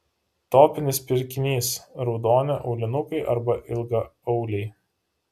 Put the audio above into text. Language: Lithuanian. topinis pirkinys raudoni aulinukai arba ilgaauliai